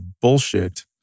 bullshit